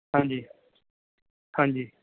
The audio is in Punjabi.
ਹਾਂਜੀ ਹਾਂਜੀ